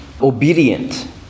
obedient